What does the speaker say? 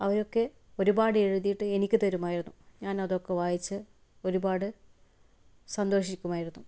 അവരൊക്കെ ഒരുപാട് എഴുതിയിട്ട് എനിക്ക് തരുമായിരുന്നു ഞാൻ അതൊക്കെ വായിച്ച് ഒരുപാട് സന്തോഷിക്കുമായിരുന്നു